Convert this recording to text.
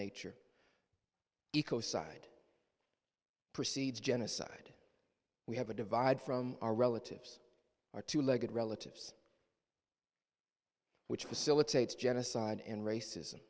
nature eco side proceeds genocide we have a divide from our relatives are two legged relatives which were silicates genocide and racism